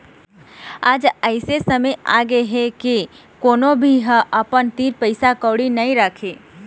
आज अइसे समे आगे हे के कोनो भी ह अपन तीर पइसा कउड़ी नइ राखय